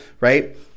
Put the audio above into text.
right